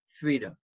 freedom